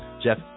Jeff